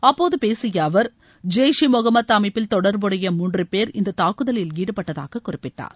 அப்போது பேசிய அவர் ஜெய்ஷ் இ முகமது அமைப்பில் தொடர்புடைய மூன்று பேர் இந்த தாக்குதலில் ஈடுபட்டதாக குறிப்பிட்டார்